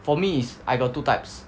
for me is I got two types